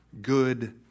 good